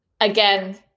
again